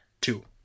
Two